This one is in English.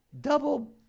Double